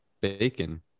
bacon